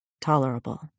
tolerable